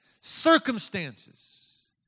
circumstances